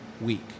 week